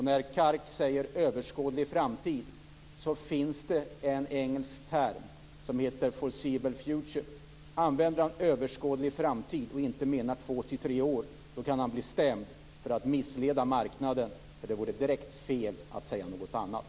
När Kark säger överskådlig framtid - den engelska termen foreseeable future - och inte menar två-tre år, kan Kark bli stämd för att missleda marknaden. Det vore direkt fel att säga något annat.